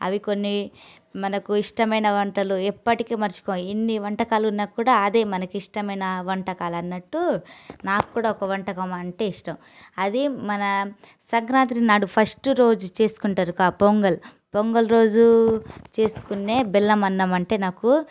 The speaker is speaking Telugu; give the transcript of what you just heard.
అవి కొన్ని మనకు ఇష్టమైన వంటలు ఎప్పటికీ మర్చిపోయి ఇన్ని వంటకాలు ఉన్నా కూడా అదే మనకి ఇష్టమైన వంటకాలు అన్నట్టు నాకు కూడా ఒక వంటకం అంటే ఇష్టం అది మన సంక్రాంతి నాడు ఫస్ట్ రోజు చేసుకుంటారు కా పొంగల్ పొంగల్ రోజు చేసుకునే బెల్లం అన్నమంటే నాకు చాలా